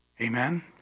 Amen